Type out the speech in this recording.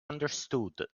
understood